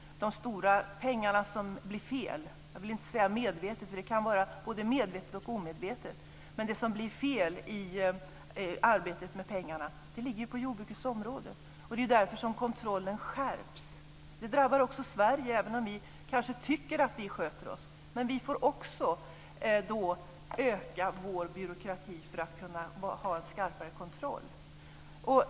Det som blev fel i arbetet med pengarna - jag vill inte säga att det var medvetet, för det kan ha varit både medvetet och omedvetet - ligger ju på jordbrukets område. Det är därför som kontrollen skärps. Det drabbar också Sverige, även om vi kanske tycker att vi sköter oss. Men vi får också öka vår byråkrati för att kunna ha en skarpare kontroll.